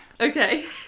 Okay